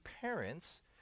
parents